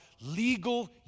Legal